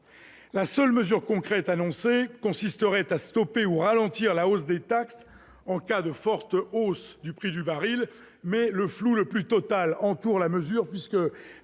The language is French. La seule mesure concrète annoncée consisterait à stopper ou ralentir la hausse des taxes en cas de forte hausse du prix du baril. Mais le flou le plus total entoure cette mesure ! Le